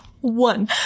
one